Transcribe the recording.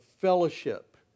fellowship